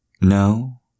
No